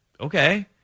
Okay